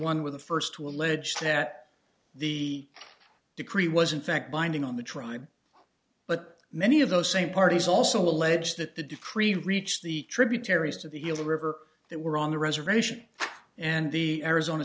one with the first to allege that the decree was in fact binding on the tribe but many of those same parties also allege that the decree reached the tributaries to the hill river that were on the reservation and the arizona